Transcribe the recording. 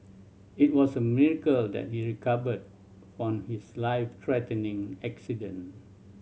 it was a miracle that he recovered from his life threatening accident